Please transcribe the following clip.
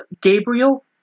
Gabriel